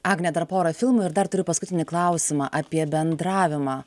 agne dar pora filmų ir dar turiu paskutinį klausimą apie bendravimą